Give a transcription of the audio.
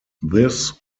this